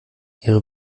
ihre